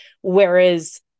whereas